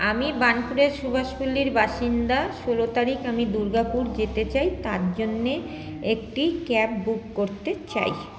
আমি বার্নপুরের সুভাষপল্লির বাসিন্দা ষোলো তারিখ আমি দুর্গাপুর যেতে চাই তার জন্যে একটি ক্যাব বুক করতে চাই